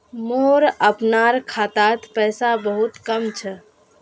मोर अपनार खातात पैसा बहुत कम छ